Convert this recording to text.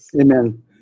Amen